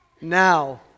Now